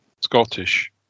Scottish